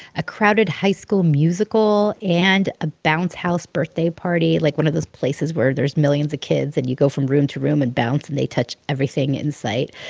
a crowded high school musical and a bounce house birthday party like, one of those places where there's millions of kids and you go from room to room and bounce and they touch everything in sight.